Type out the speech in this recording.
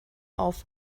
auf